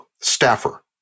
staffer